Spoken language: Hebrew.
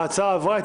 1 ההצעה עברה,